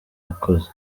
yakoze